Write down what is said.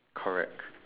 correct